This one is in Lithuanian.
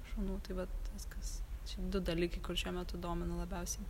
šunų tai vat viskas čia du dalykai kur šiuo metu domina labiausiai